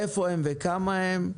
איפה הם וכמה הם?